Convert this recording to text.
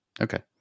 Okay